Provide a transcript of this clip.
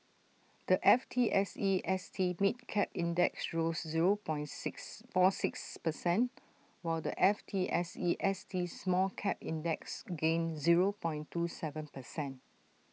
the F T S E S T mid cap index rose zero point six four six percent while the F T S E S T small cap index gained zero point two Seven percent